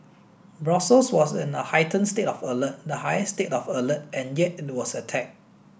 Brussels was in a heightened state of alert the highest state of alert and yet it was attacked